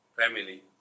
family